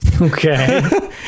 Okay